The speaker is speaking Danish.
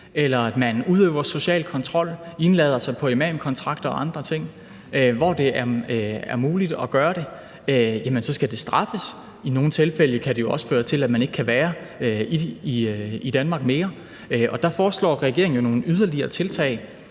eller man udøver social kontrol, indlader sig på imamkontrakter og andre ting, så skal det straffes, hvor det er muligt at gøre det, og i nogle tilfælde kan det jo også føre til, at man ikke kan være i Danmark mere. Og der foreslår regeringen jo nogle yderligere tiltag